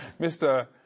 Mr